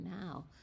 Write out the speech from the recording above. now